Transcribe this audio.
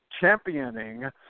championing